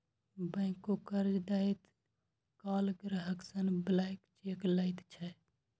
बैंको कर्ज दैत काल ग्राहक सं ब्लैंक चेक लैत छै